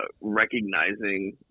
recognizing